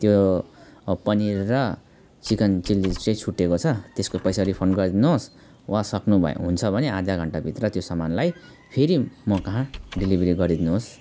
त्यो पनिर र chicken chilli चाहिँ छुटेको छ त्यसको पैसा रिफन्ड गरिदिनुहोस् वा सक्नुहुन्छ भने वा सक्नुभयो हुन्छ भने आधा घन्टाभित्र त्यो समानलाई फेरि मकहाँ डेलिभरी गरिदिनुहोस्